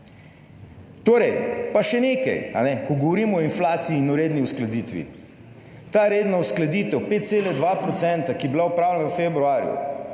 ne. Pa še nekaj, ko govorimo o inflaciji in o redni uskladitvi. Ta redna uskladitev 5,2 %, ki je bila opravljena v februarju,